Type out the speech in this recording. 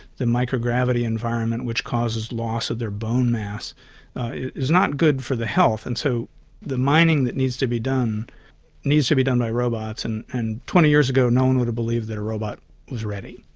the microgravity environment which causes loss of their bone mass is not good for the health. and so the mining that needs to be done needs to be done by robots, and and twenty years ago no one would have believed that a robot was ready.